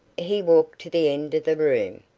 he walked to the end of the room,